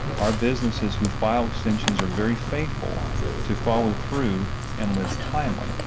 our businesses who file extensions are very faithful to follow through and lists timely.